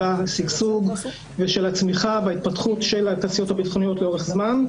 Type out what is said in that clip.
השגשוג ושל הצמיחה בהתפתחות של התעשיות הביטחוניות לאורך זמן,